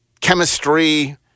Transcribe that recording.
chemistry